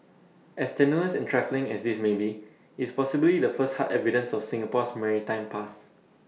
as tenuous and trifling as this may be IT is possibly the first hard evidences of Singapore's maritime past